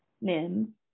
Nim